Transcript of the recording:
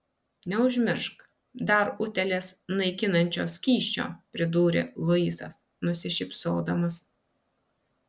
neužmiršk dar utėles naikinančio skysčio pridūrė luisas nusišypsodamas